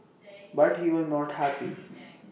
but he was not happy